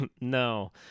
no